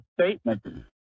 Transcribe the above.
statement